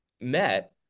met